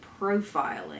profiling